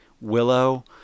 Willow